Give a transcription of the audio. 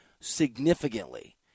significantly